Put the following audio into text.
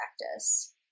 practice